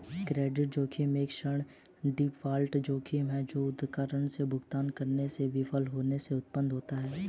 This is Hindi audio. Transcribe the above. क्रेडिट जोखिम एक ऋण डिफ़ॉल्ट जोखिम है जो उधारकर्ता से भुगतान करने में विफल होने से उत्पन्न होता है